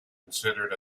considered